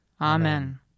Amen